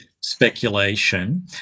speculation